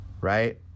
right